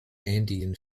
andean